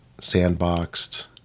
Sandboxed